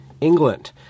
England